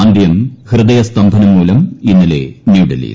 അന്ത്യം ഹൃദയസ്തംഭനം മൂലം ഇന്നലെ ന്യൂഡൽഹിയിൽ